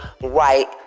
right